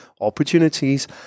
opportunities